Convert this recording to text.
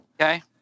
Okay